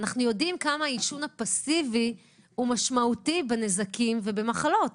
אנחנו יודעים כמה העישון הפאסיבי הוא משמעותי בנזקים ובמחלות.